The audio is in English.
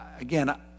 again